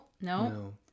No